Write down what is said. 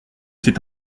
c’est